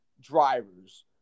drivers